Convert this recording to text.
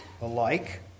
alike